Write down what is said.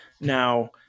Now